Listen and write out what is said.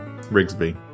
Rigsby